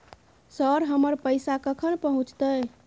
Sir, हमर पैसा कखन पहुंचतै?